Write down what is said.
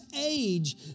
age